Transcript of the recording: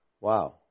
Wow